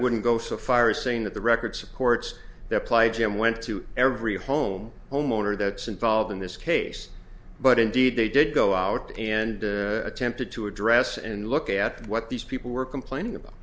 wouldn't go so far as saying that the record supports their pledge and went to every home homeowner that's involved in this case but indeed they did go out and attempted to address and look at what these people were complaining about